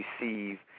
receive